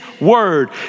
word